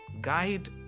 Guide